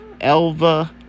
Elva